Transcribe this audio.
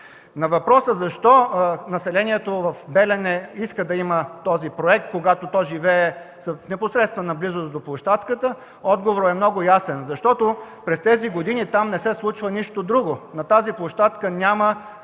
На въпроса „Защо населението в Белене иска да има този проект, когато то живее в непосредствена близост до площадката?”, отговорът е много ясен – защото през тези години там не се случва нищо друго. На тази площадка няма